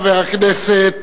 חבר הכנסת